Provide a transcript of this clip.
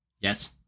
Yes